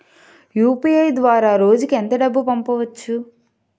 UPI ద్వారా రోజుకి ఎంత డబ్బు పంపవచ్చు?